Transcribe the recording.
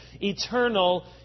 eternal